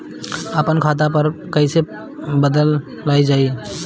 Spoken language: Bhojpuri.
आपन खाता पर पता कईसे बदलल जाई?